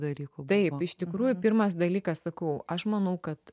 dalykų taip iš tikrųjų pirmas dalykas sakau aš manau kad